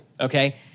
okay